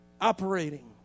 operating